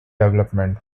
development